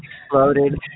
exploded